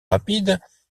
rapides